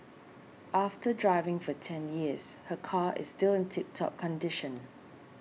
after driving for ten years her car is still in tip top condition